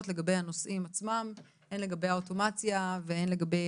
לגבי הנושאים עצמם - הן לגבי האוטומציה והן לגבי